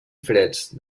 freds